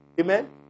Amen